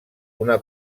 una